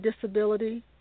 disability